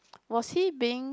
was he being